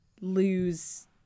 lose